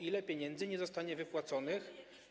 Ile pieniędzy nie zostanie wypłaconych?